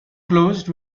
closed